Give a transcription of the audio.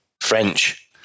French